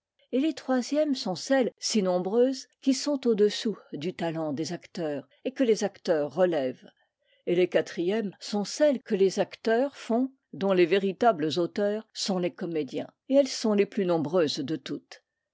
et les troisièmes sont celles si nombreuses qui sont au-dessous du talent des acteurs et que les acteurs relèvent et les quatrièmes sont celles que les acteurs font dont les véritables auteurs sont les comédiens et elles sont les plus nombreuses de toutes